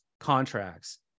contracts